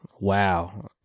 Wow